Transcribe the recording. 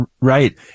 Right